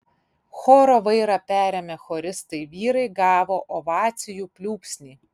choro vairą perėmę choristai vyrai gavo ovacijų pliūpsnį